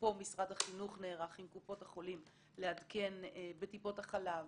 ופה משרד החינוך נערך עם קופות החולים לעדכן בטיפות החלב,